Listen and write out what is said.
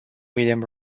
william